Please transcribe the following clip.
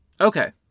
Okay